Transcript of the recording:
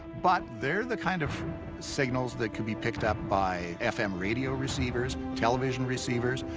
but they're the kind of signals that could be picked up by f m. radio receivers, television receivers.